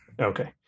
Okay